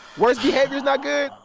worst behavior's not good?